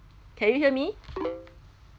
can you hear me